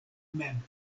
mem